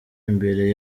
imbere